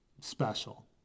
special